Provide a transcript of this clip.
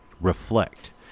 reflect